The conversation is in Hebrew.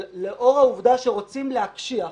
שלאור העובדה שרוצים להקשיח,